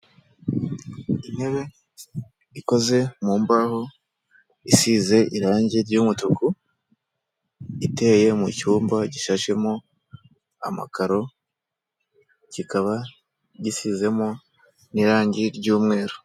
Intebe ikoze mu mbaho, isize irangi ry'umutuku, iteye mu cyumba gishashemo amakaro, kikaba gisizemo n'irangi ry'umweru.